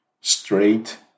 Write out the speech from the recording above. straight